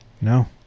No